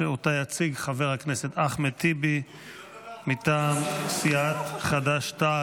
שאותה יציג חבר הכנסת אחמד טיבי מטעם סיעת חד"ש-תע"ל.